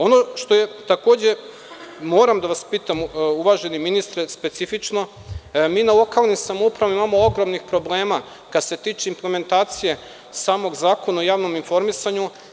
Ono što je takođe specifično i što moram da vas pitam, uvaženi ministre, jeste da mi na lokalnim samoupravama imamo ogromnih problema koji se tiču implementacije samog Zakona o javnom informisanju.